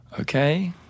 Okay